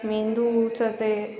मेंदूचं ते